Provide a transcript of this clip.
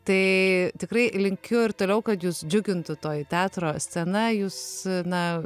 tai tikrai linkiu ir toliau kad jus džiugintų toji teatro scena jūs na